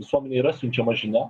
visuomenei yra siunčiama žinia